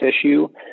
issue